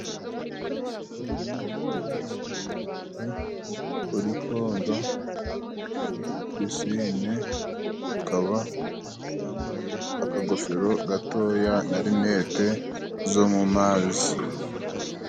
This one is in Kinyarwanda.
Uyu ni umuntu uri koga muri pisine, akaba yambaye akagofero gatoya na linete zo mu mazi.